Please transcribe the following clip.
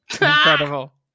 incredible